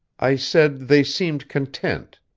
i said they seemed content.